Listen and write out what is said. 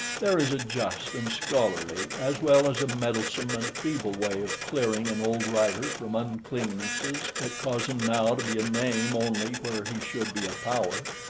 there is a just and scholarly, as well as a meddlesome and feeble way of clearing an old writer from uncleannesses that cause him now to be a name only where he should be a power.